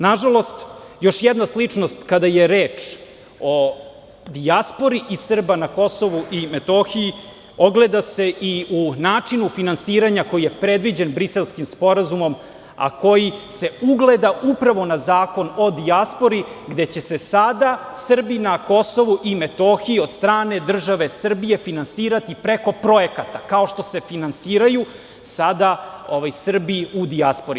Nažalost, još jedna sličnost kada je reč o dijaspori i Srba na Kosovu i Metohiji ogleda se i u načinu finansiranja koji je predviđen Briselskim sporazumom, a koji se ugleda upravo na Zakon o dijaspori gde će se sada Srbi na Kosovu i Metohiji od strane države Srbije finansirati preko projekata kao što se finansiraju sada Srbi u dijaspori.